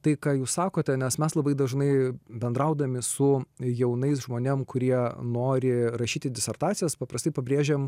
tai ką jūs sakote nes mes labai dažnai bendraudami su jaunais žmonėm kurie nori rašyti disertacijas paprastai pabrėžiam